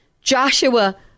Joshua